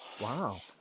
Wow